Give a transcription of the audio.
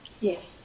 Yes